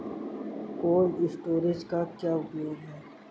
Cold storage का क्या उपयोग है?